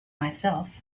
myself